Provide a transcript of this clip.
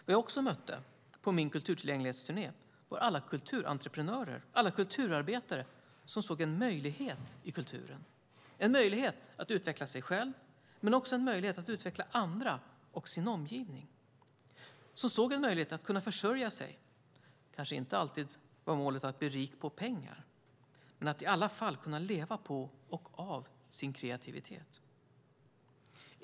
Vad jag också mötte på min kulturtillgänglighetsturné var alla kulturentreprenörer och alla kulturarbetare som såg en möjlighet i kulturen. De såg en möjlighet att utveckla sig själva men också en möjlighet att utveckla andra och sin omgivning. De såg en möjlighet att försörja sig. Målet var kanske inte alltid att bli rik på pengar men att i alla fall kunna leva på och av sin kreativitet.